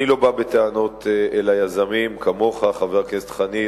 אני לא בא בטענות אל היזמים כמוך, חבר הכנסת חנין.